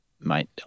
mate